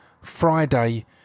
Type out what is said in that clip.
friday